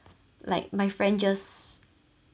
like my friend just